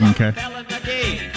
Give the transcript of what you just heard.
Okay